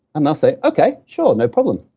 and they'll say, okay, sure. no problem.